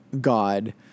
god